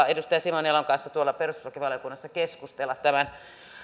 edustaja simon elon kanssa perustuslakivaliokunnassa keskustella tämän